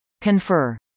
Confer